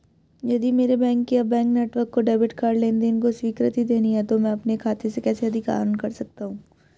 यदि मेरे बैंक या बैंक नेटवर्क को डेबिट कार्ड लेनदेन को स्वीकृति देनी है तो मैं अपने खाते से कैसे अधिक आहरण कर सकता हूँ?